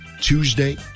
Tuesday